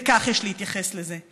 וכך יש להתייחס לזה.